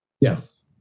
Yes